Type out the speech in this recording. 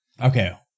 Okay